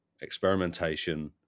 experimentation